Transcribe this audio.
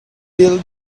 ill